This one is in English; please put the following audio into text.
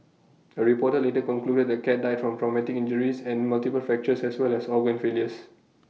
A reporter later concluded the cat died from from medic injuries and multiple fractures as well as organ failures